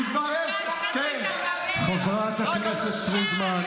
נכון, אני מדבר כי צדקתי, ואתה טעית בכול.